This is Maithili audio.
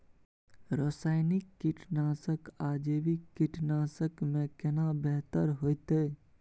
रसायनिक कीटनासक आ जैविक कीटनासक में केना बेहतर होतै?